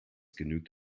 genügt